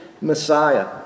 Messiah